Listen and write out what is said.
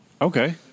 Okay